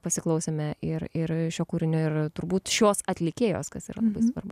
pasiklausėme ir ir šio kūrinio ir turbūt šios atlikėjos kas yra svarbu